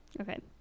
Okay